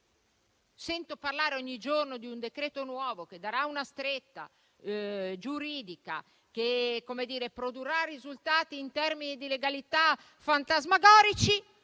sento parlare ogni giorno di un decreto nuovo che darà una stretta giuridica, che produrrà risultati in termini di legalità fantasmagorici,